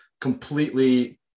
completely